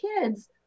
kids